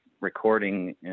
recording